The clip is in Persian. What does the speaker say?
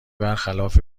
برخلاف